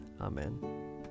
amen